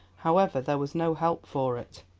however, there was no help for it.